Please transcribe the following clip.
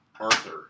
Arthur